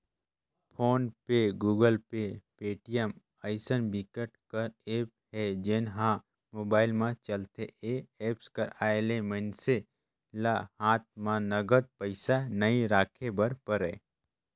phone पे, Google Pay, Paytm अइसन बिकट कर ऐप हे जेन ह मोबाईल म चलथे ए एप्स कर आए ले मइनसे ल हात म नगद पइसा नइ राखे बर परय